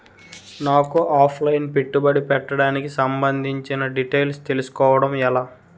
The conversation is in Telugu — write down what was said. నాకు ఆఫ్ లైన్ పెట్టుబడి పెట్టడానికి సంబందించిన డీటైల్స్ తెలుసుకోవడం ఎలా?